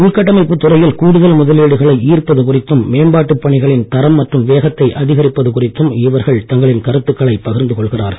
உள்கட்டமைப்புத் துறையில் கூடுதல் முதலீடுகளை ஈர்ப்பது குறித்தும் மேம்பாட்டு பணிகளின் தரம் மற்றும் வேகத்தை அதிகரிப்பது குறித்தும் இவர்கள் தங்களின் கருத்துக்களை பகிர்ந்து கொள்கிறார்கள்